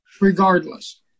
regardless